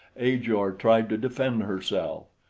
ajor tried to defend herself.